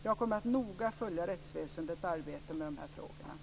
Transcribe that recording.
Jag kommer att noga följa rättsväsendets arbete med dessa frågor.